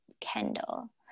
Kendall